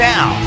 Now